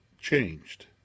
changed